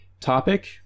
Topic